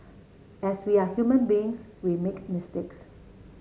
as we are human beings we make mistakes